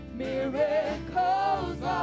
miracles